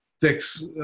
fix